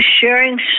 sharing